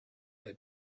has